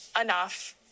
enough